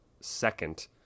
second